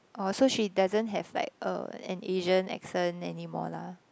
oh so she doesn't have like a an Asian accent anymore lah